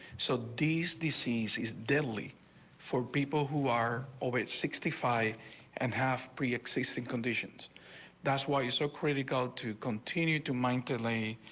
so these the ccs deadly for people who are over age, sixty five and have preexisting conditions that's why so critical to continue to mine to lanny.